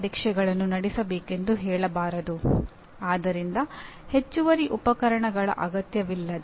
ಶಿಕ್ಷಣವನ್ನು ತಾತ್ವಿಕವಾಗಿ ಪರಿಗಣಿಸಲು ಇದು ಅಗತ್ಯವಾಗುತ್ತದೆ